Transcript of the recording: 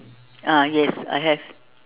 ah yes I have